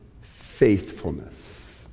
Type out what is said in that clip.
faithfulness